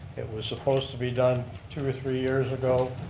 it was supposed to be done two or three years ago.